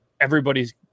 everybody's